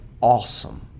awesome